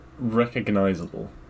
recognizable